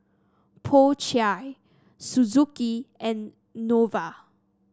Po Chai Suzuki and Nova